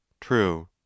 true